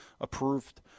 approved